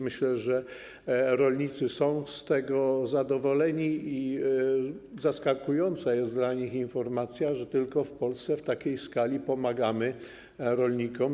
Myślę, że rolnicy są z tego zadowoleni i zaskakująca jest dla nich informacja, że tylko w Polsce w takiej skali pomagamy rolnikom.